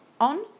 on